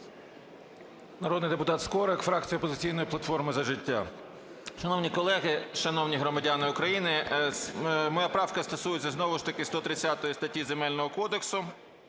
Народний депутат Скорик, фракція "Опозиційної платформи - За життя". Шановні колеги, шановні громадяни України, моя правка стосується знову ж таки 130 статті Земельного кодексу.